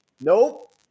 Nope